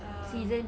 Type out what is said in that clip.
um